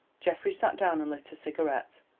geoffrey sat down, and lit a cigarette.